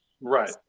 right